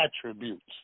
attributes